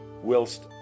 whilst